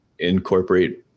incorporate